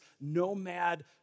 nomad